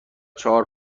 چهار